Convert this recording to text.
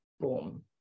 boom